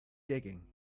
digging